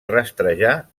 rastrejar